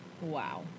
Wow